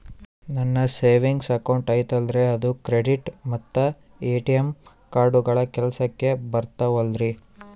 ನನ್ನ savings account ಐತಲ್ರೇ ಅದು ಕ್ರೆಡಿಟ್ ಮತ್ತ ಎ.ಟಿ.ಎಂ ಕಾರ್ಡುಗಳು ಕೆಲಸಕ್ಕೆ ಬರುತ್ತಾವಲ್ರಿ?